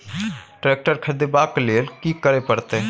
Tractor खरीदबाक लेल की करय परत?